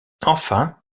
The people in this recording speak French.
enfin